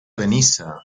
benissa